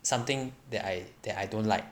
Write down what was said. something that I that I don't like